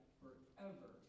forever